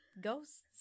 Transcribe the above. ghosts